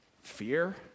fear